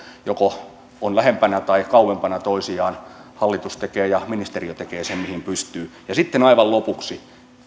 on joko lähempänä tai kauempana toisiaan hallitus tekee ja ministeriö tekee sen mihin pystyy sitten aivan lopuksi